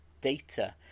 data